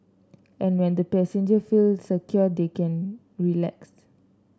and when the passengers feel secure they can relax